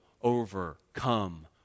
overcome